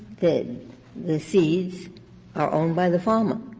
the the seeds are owned by the farmer.